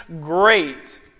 great